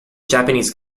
japanese